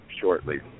shortly